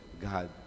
God